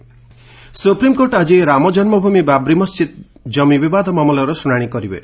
SC Ayodhya supreme court ଆଜି ରାମ ଜନ୍ମଭୂମି ବାବ୍ରି ମସ୍ଜିଦ୍ କମି ବିବାଦ ମାମଲାର ଶୁଣାଣି କରିବେ